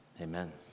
amen